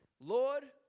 Lord